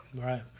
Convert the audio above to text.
Right